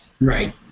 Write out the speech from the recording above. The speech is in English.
Right